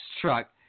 truck